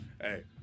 Hey